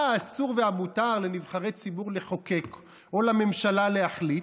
מה האסור והמותר לנבחרי ציבור לחוקק או לממשלה להחליט,